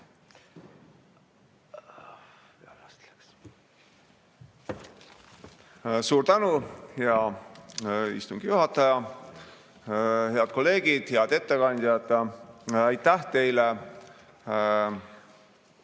Suur tänu, hea istungi juhataja! Head kolleegid! Head ettekandjad! Aitäh teile